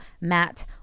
matt